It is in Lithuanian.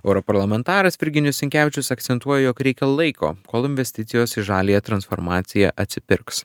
europarlamentaras virginijus sinkevičius akcentuoja jog reikia laiko kol investicijos į žaliąją transformaciją atsipirks